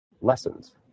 lessons